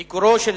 בעד, 12,